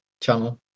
channel